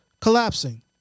collapsing